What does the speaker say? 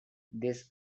this